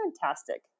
fantastic